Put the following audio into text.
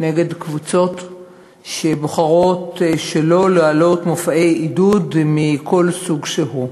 נגד קבוצות שבוחרות שלא להעלות מופעי עידוד מכל סוג שהוא,